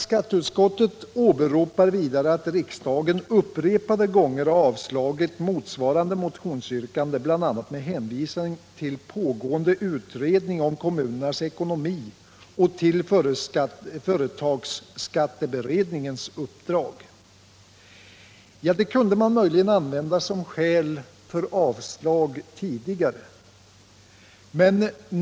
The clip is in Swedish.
Skatteutskottet åberopar vidare att riksdagen upprepade gånger avslagit motsvarande motionsyrkande, bl.a. med hänvisning till pågående utredning om kommunernas ekonomi och till företagsskatteberedningens uppdrag. Det kunde man möjligen använda som skäl för avslag tidigare.